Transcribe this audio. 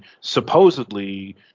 supposedly